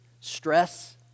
stress